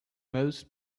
most